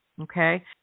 Okay